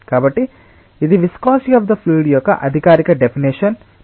కాబట్టి ఇది viscosity of the fluid యొక్క అధికారిక డెఫినెషన్ μ